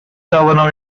توانم